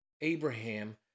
Abraham